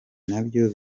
nabyo